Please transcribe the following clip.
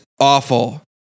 awful